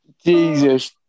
Jesus